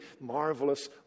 marvelous